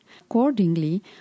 Accordingly